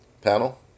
panel